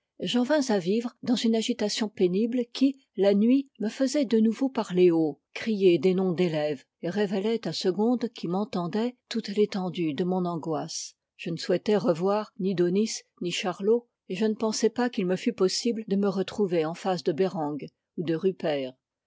j'en vins à vivre dans une agitation pénible qui la nuit me faisait de nouveau parler haut crier des noms d'élèves et révélait à segonde qui m'entendait toute l'étendue de mon angoisse je ne souhaitais revoir ni daunis ni charlot et je ne pensais pas qu'il me fût possible de me retrouver en face de bereng ou de rupert